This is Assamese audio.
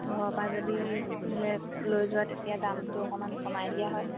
ঘৰৰ পৰা যদি বোলে লৈ যোৱা তেতিয়া দামটো অকণমান কমাই দিয়া হয়